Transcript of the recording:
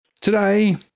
Today